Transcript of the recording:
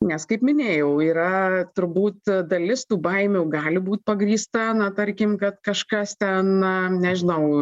nes kaip minėjau yra turbūt dalis tų baimių gali būt pagrįsta na tarkim kad kažkas ten na nežinau